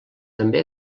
també